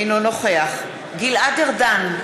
אינו נוכח גלעד ארדן,